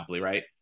right